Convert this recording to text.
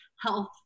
health